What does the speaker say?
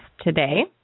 today